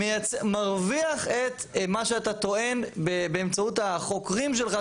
מרוויח את מה שאתה טוען באמצעות החוקרים שלך,